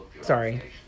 Sorry